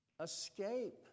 escape